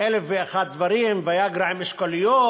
אלף ואחד דברים, ויאגרה עם אשכוליות,